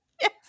Yes